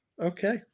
Okay